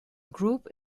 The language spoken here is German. group